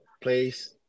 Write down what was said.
place